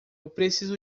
preciso